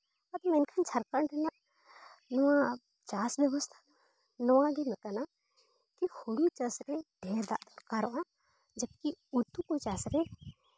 ᱢᱮᱱᱠᱷᱟᱱ ᱡᱷᱟᱲᱠᱷᱚᱸᱰ ᱨᱮᱱᱟᱜ ᱱᱚᱣᱟ ᱪᱟᱥ ᱵᱮᱵᱚᱥᱛᱷᱟ ᱱᱚᱣᱟᱜᱮ ᱱᱚᱝᱠᱟᱱᱟ ᱠᱤ ᱦᱳᱲᱳ ᱪᱟᱥᱨᱮ ᱰᱷᱮᱹᱨ ᱫᱟᱜ ᱫᱚᱨᱠᱟᱨᱚᱜᱼᱟ ᱡᱚᱵᱠᱤ ᱩᱛᱩ ᱠᱚ ᱪᱟᱥ ᱨᱮ